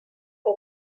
que